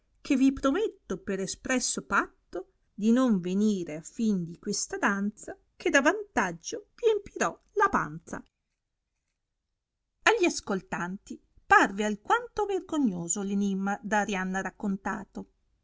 che vi prometto per espresso patto di non venir a fin di questa danza che d avantaggio v empirò la panza agli ascoltanti parve alquanto vergognoso l enimma da arianna raccontato